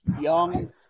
young